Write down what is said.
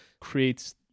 creates